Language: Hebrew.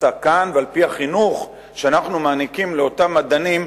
כאן ועל-פי החינוך שאנחנו מעניקים לאותם מדענים,